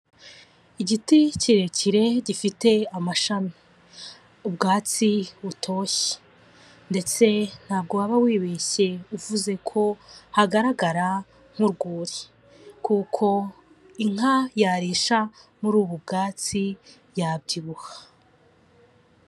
Igiti kirekire gifite amashami, ubwatsi butoshye ndetse ntabwo waba wibeshye uvuze ko hagaragara nk'urwuri, kuko inka yarisha muri ubu bwatsi yabyibuha.